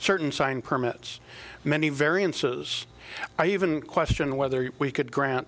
certain sign permits many variances are even question whether we could grant